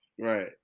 Right